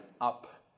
up